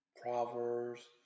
Proverbs